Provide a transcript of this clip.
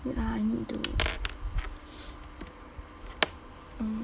wait ah I need to mm